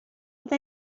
oedd